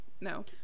No